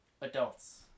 adults